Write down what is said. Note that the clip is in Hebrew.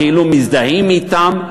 כאילו מזדהים אתם,